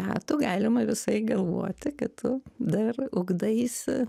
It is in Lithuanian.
metų galima visai galvoti kad tu dar ugdaisi